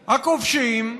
הכובשים,